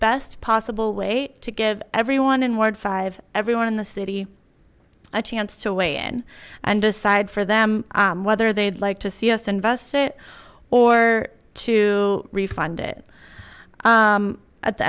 best possible way to give everyone in ward five everyone in the city a chance to weigh in and decide for them whether they'd like to see us invest it or to refund it at the